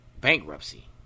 bankruptcy